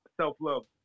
self-love